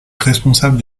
responsable